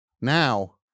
Now